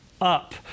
up